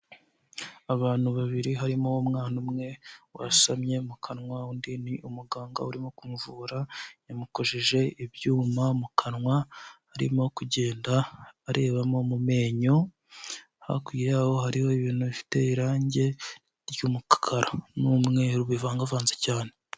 Abantu babiri harimo umwana umwe wasamye mu kanwa, undi ni umuganga urimo kumuvura yamukojeje ibyuma mu kanwa arimo kugenda arebamo mu menyo, hakurya yaho hariho ibintu bifite irangi ry'umukara n'umweru bivangavanze cyane.